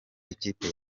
ikipe